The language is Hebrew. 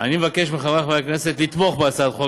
אני מבקש מחברי חברי הכנסת לתמוך בהצעת החוק